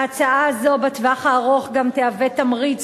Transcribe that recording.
ההצעה הזאת בטווח הארוך גם תהווה תמריץ